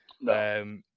No